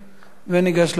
וניגש להצבעה.